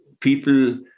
People